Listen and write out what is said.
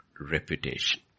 reputation